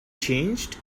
changed